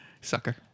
sucker